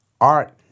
art